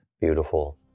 beautiful